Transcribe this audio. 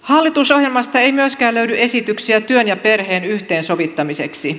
hallitusohjelmasta ei myöskään löydy esityksiä työn ja perheen yhteensovittamiseksi